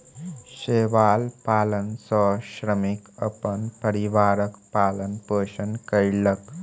शैवाल पालन सॅ श्रमिक अपन परिवारक पालन पोषण कयलक